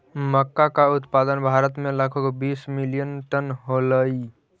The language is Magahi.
मक्का का उत्पादन भारत में लगभग बीस मिलियन टन होलई